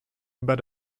über